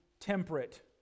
temperate